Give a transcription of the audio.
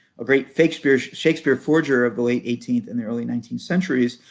a great shakespeare shakespeare forger of the late eighteenth and early nineteenth centuries,